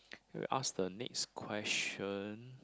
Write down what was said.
will ask the next question